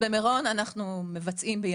במירון אנחנו מבצעים בימים אלה